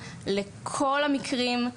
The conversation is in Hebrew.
לכל המקרים,